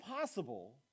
possible